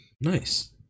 Nice